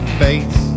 face